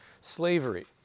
slavery